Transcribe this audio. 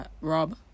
Rob